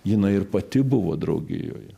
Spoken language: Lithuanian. jinai ir pati buvo draugijoje